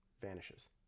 vanishes